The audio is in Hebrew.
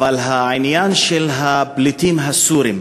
הביאו אותי לעניין של הפליטים הסורים,